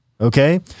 okay